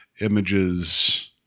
Images